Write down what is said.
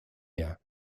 mehr